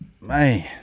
man